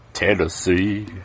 Tennessee